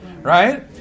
Right